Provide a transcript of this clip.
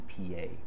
EPA